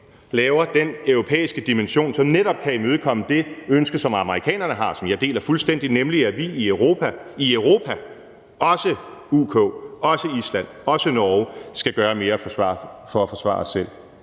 laver den europæiske dimension, som netop kan imødekomme det ønske, som amerikanerne har, og som jeg deler fuldstændig, nemlig at vi i Europa – også UK, også Island, også Norge – skal gøre mere for at forsvare os selv.